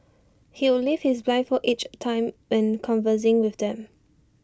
he would lift his blindfold each time when conversing with them